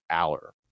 Aller